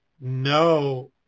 no